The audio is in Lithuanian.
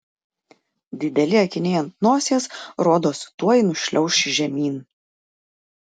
dideli akiniai ant nosies rodos tuoj nušliauš žemyn